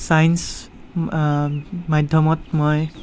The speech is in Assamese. চাইন্স মাধ্যমত মই